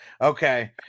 okay